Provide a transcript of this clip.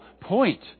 point